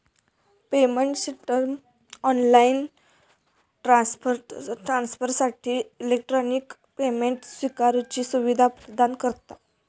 payment system offline ट्रांसफरसाठी electronic payment स्विकारुची सुवीधा प्रदान करता